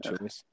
choice